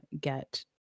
get